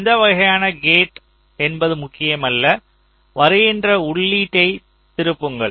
எந்த வகையான கேட் என்பது முக்கியமல்ல வருகின்ற உள்ளீட்டைத் திருப்புங்கள்